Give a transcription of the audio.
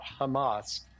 Hamas